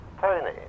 Tony